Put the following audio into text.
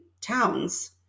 towns